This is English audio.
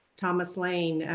thomas lane,